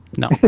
no